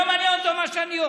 לא מעניין אותו מה אני אוכל.